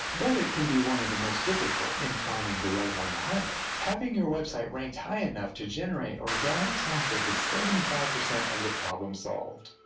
but it can also be one of the most difficult in finding the right one to hire. having your website ranked high enough to generate organic trafficis seventy five percent of the problem solved.